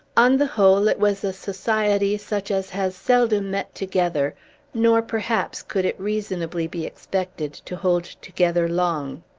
on the whole, it was a society such as has seldom met together nor, perhaps, could it reasonably be expected to hold together long.